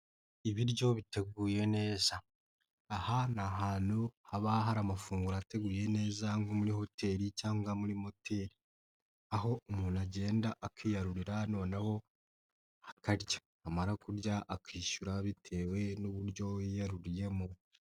Ibiryo biteguye neza. Aha ni ahantu haba hari amafunguro ateguye neza nko muri hoteli cyangwa muri moteli. Aho umuntu agenda akiyarurira noneho akarya, yamara kurya akishyura bitewe n'uburyo yiyaruriyemo.